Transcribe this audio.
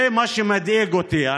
זה מה שמדאיג אותי.